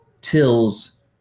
Till's